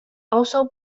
also